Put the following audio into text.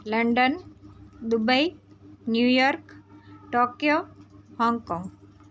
London Dubai New York Tokyo Hong Kong